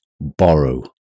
borrow